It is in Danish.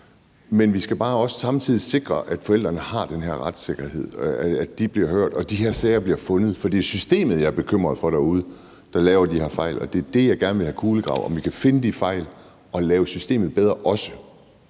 men vi skal bare også samtidig sikre, at forældrene har den her retssikkerhed for, at de bliver hørt, og at de her sager bliver fundet. For det er systemet derude, der laver de her fejl, jeg er bekymret for, og det er det, jeg gerne vil have kulegravet. Kan vi finde de fejl og også lave systemet bedre? Kl.